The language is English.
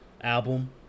album